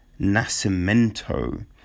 Nascimento